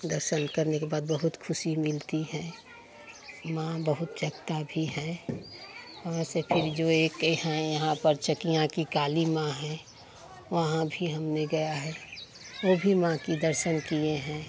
दर्शन करने के बाद बहुत खुशी मिलती हैं माँ बहुत जगता भी हैं वहाँ से फिर जो एक हैं यहाँ पर चकियाँ की काली माँ हैं वहाँ भी हमने गया है वो भी माँ की दर्शन किए हैं